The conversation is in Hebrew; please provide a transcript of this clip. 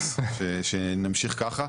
אז שנמשיך ככה.